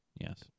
Yes